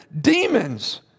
Demons